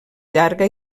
llarga